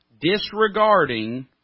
Disregarding